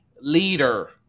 leader